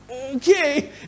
okay